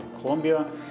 Colombia